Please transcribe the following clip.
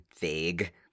vague